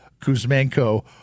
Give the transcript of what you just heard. Kuzmenko